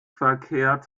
verkehrt